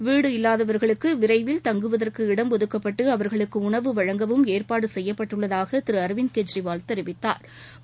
வீடு இல்லாதவர்களுக்குவிரைவில் தங்குவதற்கு இடம் ஒதுக்கப்பட்டுஅவர்களுக்குஉணவு வழங்கவும் ஏற்பாடுசெய்யப்பட்டுள்ளதாகதிருஅரவிந்த் கெஜ்ரிவால் தெரிவித்தாா்